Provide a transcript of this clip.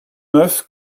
neuf